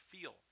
feel